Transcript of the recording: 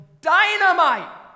dynamite